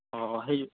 অ সেই